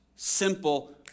Simple